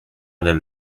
del